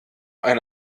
ein